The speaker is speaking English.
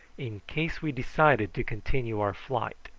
in case we decided to continue our flight.